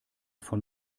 von